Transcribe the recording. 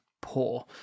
poor